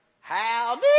Howdy